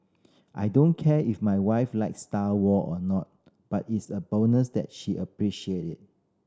I don't care if my wife likes Star War or not but it's a bonus that she appreciate it